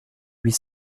huit